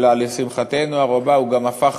אלא לשמחתנו הרבה הוא גם הפך